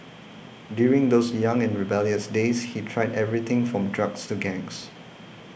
during those young and rebellious days he tried everything from drugs to gangs